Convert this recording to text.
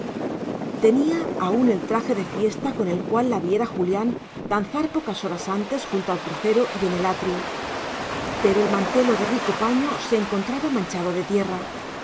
tenía aún el traje de fiesta con el cual la viera julián danzar pocas horas antes junto al crucero y en el atrio pero el mantelo de rico paño se encontraba manchado de tierra